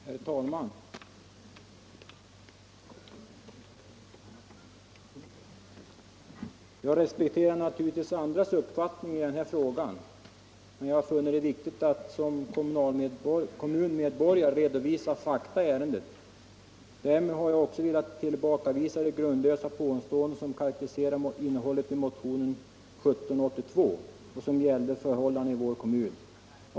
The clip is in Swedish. Herr talman! Jag respekterar naturligtvis andras uppfattningar i denna fråga, men jag har funnit det riktigt att som kommunmedborgare redovisa fakta i ärendet. Därmed har jag också velat tillbakavisa de grundlösa påståenden som finns i motionen 1782, som gäller förhållanden i vår kommun.